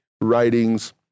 writings